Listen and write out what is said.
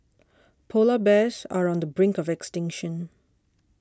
Polar Bears are on the brink of extinction